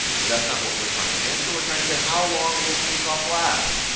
but that's not what we're trying to answer. we're trying to say how long will take off last?